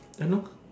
ya lor